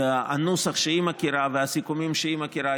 הנוסח שהיא מכירה והסיכומים שהיא מכירה,